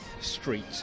Street